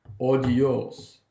odios